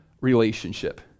relationship